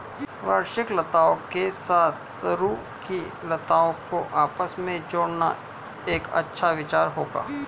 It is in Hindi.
वार्षिक लताओं के साथ सरू की लताओं को आपस में जोड़ना एक अच्छा विचार होगा